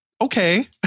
okay